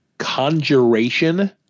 conjuration